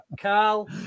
Carl